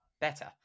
better